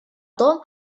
том